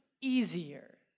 easier